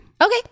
Okay